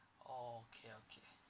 okay okay